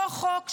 אותו חוק,